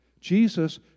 Jesus